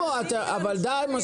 אבל די מספיק,